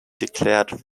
declared